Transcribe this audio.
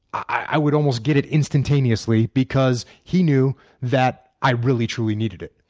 i would almost get it instantaneously because he knew that i really, truly needed it.